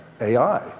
AI